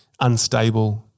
unstable-